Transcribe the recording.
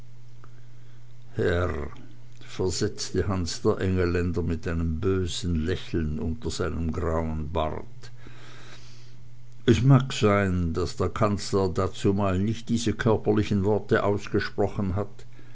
herr versetzte hans der engelländer mit einem bösen lächeln unter seinem grauen barte es mag sein daß der kanzler dazumal nicht diese körperlichen worte ausgesprochen hat